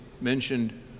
mentioned